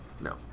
No